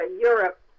Europe